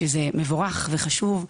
שזה מבורך וחשוב,